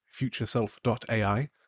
FutureSelf.ai